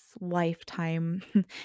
lifetime